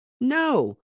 No